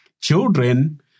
children